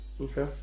Okay